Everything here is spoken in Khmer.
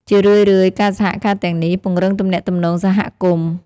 ជារឿយៗ ការសហការទាំងនេះពង្រឹងទំនាក់ទំនងសហគមន៍។